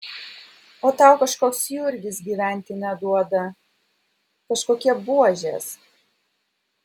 o tau kažkoks jurgis gyventi neduoda kažkokie buožės